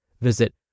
Visit